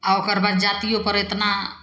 आओर ओकर बाद जातिओपर एतना